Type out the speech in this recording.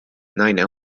naine